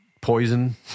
poison